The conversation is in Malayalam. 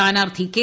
സ്ഥാനാർത്ഥി കെ